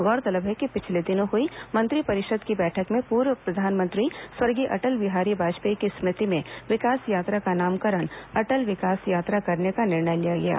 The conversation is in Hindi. गौरतलब है कि पिछले दिनों हुई मंत्रिपरिषद की बैठक में पूर्व प्रधानमंत्री स्वर्गीय अटल बिहारी वाजपेयी की स्मृति में विकास यात्रा का नामकरण अटल विकास यात्रा करने का निर्णय लिया गया था